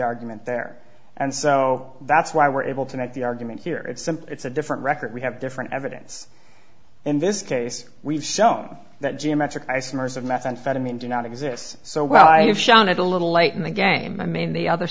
argument there and so that's why we're able to make the argument here it's a different record we have different evidence in this case we've shown that geometric isomers of methamphetamine do not exists so well i have shown it a little late in the game i mean the other